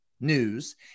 news